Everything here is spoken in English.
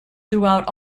throughout